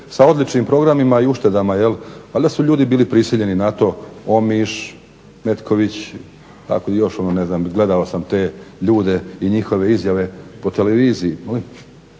sa odličnim programima i uštedama. Ali da su ljudi bili prisiljeni na to, Omiš, Metković, tako i još, ne znam, gledao sam te ljude i njihove izjave po televiziji.